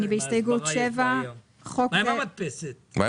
הצבעה לא אושר.